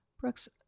Brooks